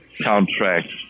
soundtracks